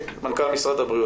מנכ"ל משרד הבריאות.